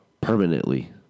Permanently